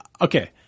Okay